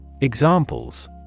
Examples